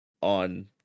on